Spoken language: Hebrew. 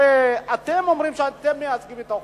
הרי אתם אומרים שאתם מייצגים את האוכלוסיות.